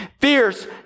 fierce